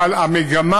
אבל המגמה